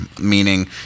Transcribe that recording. meaning